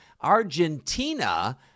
Argentina